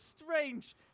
strange